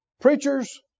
Preachers